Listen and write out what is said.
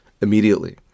immediately